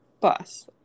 bus